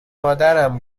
مادرم